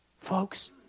Folks